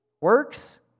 Works